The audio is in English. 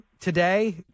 Today